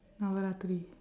navarathiri